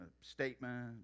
statement